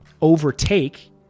overtake